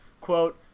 quote